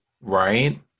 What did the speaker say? right